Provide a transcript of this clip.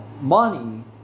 money